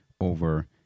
over